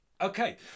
okay